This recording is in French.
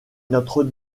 notre